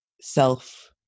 self